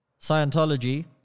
Scientology